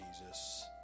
Jesus